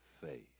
faith